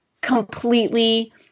completely